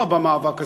לפגוע במאבק הזה,